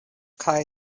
kaj